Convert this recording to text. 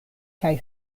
kaj